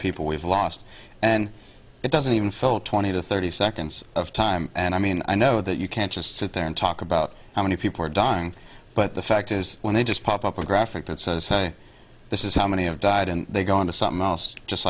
people we've lost and it doesn't even fill twenty to thirty seconds of time and i mean i know that you can't just sit there and talk about how many people are dying but the fact is when they just pop up a graphic that sense this is how many have died and they go on to something else just